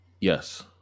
Yes